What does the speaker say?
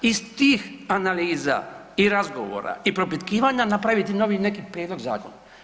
Iz tih analiza i razgovora i propitkivanja napraviti novi neki prijedlog zakona.